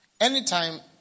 Anytime